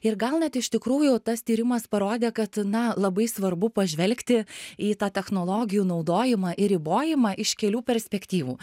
ir gal net iš tikrųjų tas tyrimas parodė kad na labai svarbu pažvelgti į tą technologijų naudojimą ir ribojimą iš kelių perspektyvų